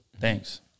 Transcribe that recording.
Thanks